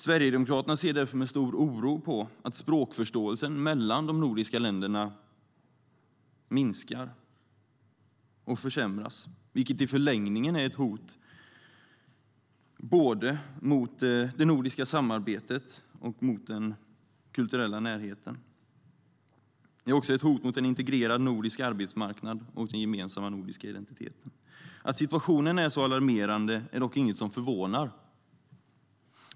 Sverigedemokraterna ser därför med stor oro på att språkförståelsen mellan de nordiska länderna minskar och försämras, vilket i förlängningen är ett hot både mot det nordiska samarbetet och mot den kulturella närheten. Det är också ett hot mot en integrerad nordisk arbetsmarknad och den gemensamma nordiska identiteten. Att situationen är så alarmerande är dock inget som förvånar.